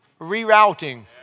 rerouting